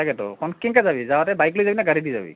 তাকেতো কেনেকৈ যাবি যাওঁতে বাইক লৈ যাবি নে গাড়ী দি যাবি